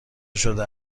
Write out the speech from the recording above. شده